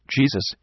Jesus